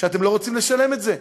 שאתם לא רוצים לשלם את זה.